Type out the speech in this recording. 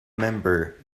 member